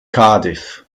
cardiff